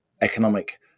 Economic